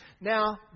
Now